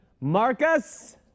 Marcus